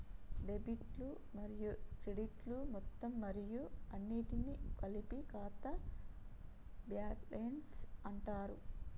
డెబిట్లు మరియు క్రెడిట్లు మొత్తం మరియు అన్నింటినీ కలిపి ఖాతా బ్యాలెన్స్ అంటరు